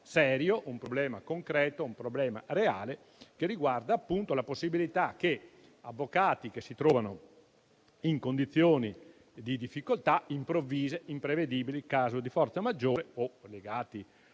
un problema concreto, un problema reale, che riguarda appunto la possibilità che avvocati che si trovano in condizioni di difficoltà improvvise, imprevedibili, per cause di forza maggiore o collegate